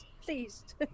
please